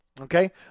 okay